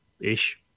Ish